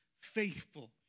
faithful